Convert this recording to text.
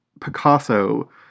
Picasso-